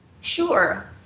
sure